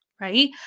right